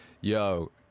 Yo